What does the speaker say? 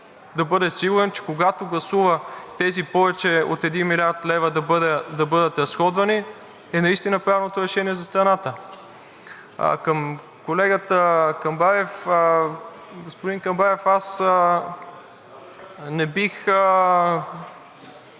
да бъде сигурен, че когато гласува тези повече от 1 млрд. лв. да бъдат разходвани, е наистина правилното решение за страната. Към колегата Камбарев. Господин Камбарев, аз не бих